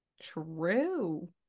true